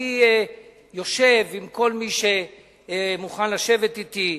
אני יושב עם כל מי שמוכן לשבת אתי,